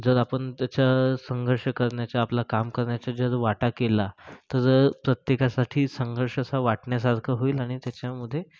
जर आपण त्याच्या संघर्ष करण्याच्या आपलं काम करण्याच्या जर वाटा केला तर प्रत्येकासाठी संघर्ष असा वाटण्यासारखा होईल आणि त्याच्यामध्ये